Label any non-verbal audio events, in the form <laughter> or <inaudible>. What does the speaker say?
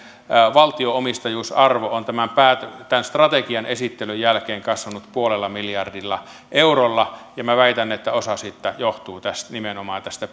valtionomistajuusarvo on tämän strategian esittelyn jälkeen kasvanut puolella miljardilla eurolla ja väitän että osa siitä johtuu nimenomaan tästä <unintelligible>